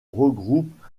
regroupe